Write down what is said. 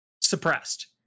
suppressed